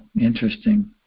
interesting